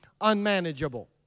unmanageable